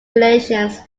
relations